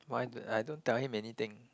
why the I don't tell him anything